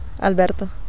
Alberto